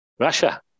Russia